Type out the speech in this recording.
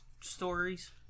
stories